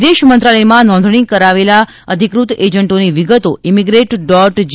વિદેશ મંત્રાલયમાં નોંધણી કરાવેલા અધિકૃત એજન્ટોની વિગતો ઇમિગ્રેટ ડોટ જી